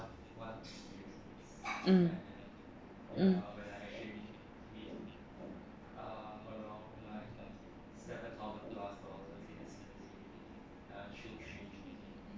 mm mm